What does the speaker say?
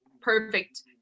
perfect